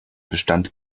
bestand